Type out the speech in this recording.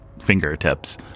fingertips